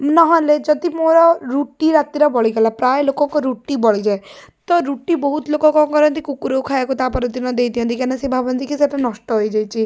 ନହେଲେ ଯଦି ମୋର ରୁଟି ରାତିର ବଳିଗଲା ପ୍ରାଏ ଲୋକଙ୍କ ରୁଟି ରାତିର ବଳିଯାଏ ତ ରୁଟି ବହୁତ ଲୋକ କ'ଣ କରନ୍ତି କୁକୁରକୁ ଖାଇବାକୁ ତା' ପରଦିନ ଦେଇଦିଅନ୍ତି କାହିଁକିନା ସେ ଭାବନ୍ତିକି ସେଇଟା ନଷ୍ଟ ହେଇଯାଇଛି